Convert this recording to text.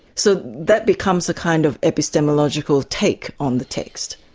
so that becomes a kind of epistemological take on the text.